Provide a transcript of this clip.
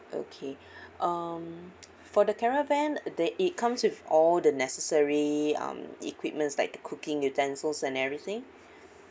okay um for the caravan did it comes with all the necessary um equipment like the cooking utensils and everything